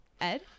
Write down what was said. Ed